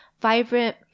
vibrant